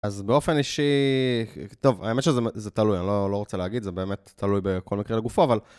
אז באופן אישי... טוב, האמת שזה תלוי, אנ׳לא, אנ׳לא רוצה להגיד, זה באמת תלוי בכל מקרה לגופו, אבל...